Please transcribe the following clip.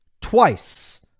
Twice